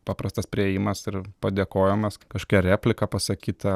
paprastas priėjimas ir padėkojimas kažkokia replika pasakyta